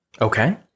Okay